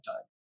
time